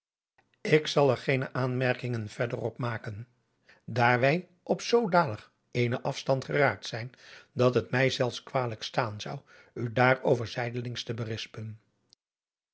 ik zal er geene aanmerkingen verder op maken daar wij op zoodanig eenen afstand geraakt zijn dat het mij zelfs kwalijk staan zou u daarover zijdelings te berispen